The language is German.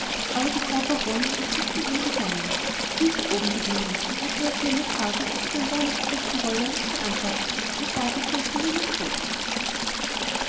aber die frau baronin ist nicht mit ihm gegangen die ist oben geblieben und hat mir auf meine frage ob sie denn gar nichts essen wolle nicht geantwortet und hat dagesessen wie eine tote